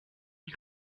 you